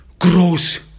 gross